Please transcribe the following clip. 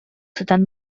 сытан